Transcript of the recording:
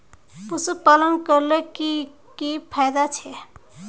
पशुपालन करले की की फायदा छे?